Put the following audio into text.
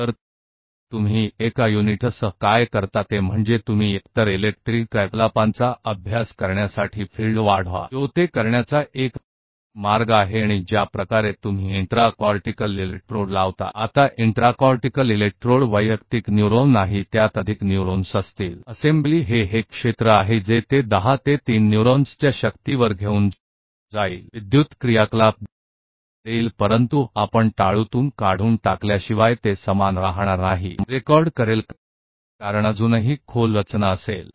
तो single unit से आप क्या करते हैं आप या तो विद्युत गतिविधि का अध्ययन करने के लिए क्षेत्र को बढ़ाते हैं जो इसे करने का एक तरीका है और जिस तरह से आप इंट्रा कोर्टिकल इलेक्ट्रोड डालते हैं अब इंट्रा कोर्टिकल इलेक्ट्रोड एकल न्यूरॉन नहीं है यह अधिक न्यूरॉन्स होंगे कोशिकाओं की असेंबली है ये क्षेत्र जो इसे के 10 के पावर 3 शक्ति को न्यूरॉन्स में ले जाएगा जो आपको विद्युत गतिविधि देगा लेकिन यह तब तक रहेगा जब तक आप SCALP से रिकॉर्ड नहीं करेंगे क्योंकि यह अभी भी एक गहरी संरचना होगी